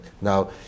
now